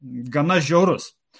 gana žiaurus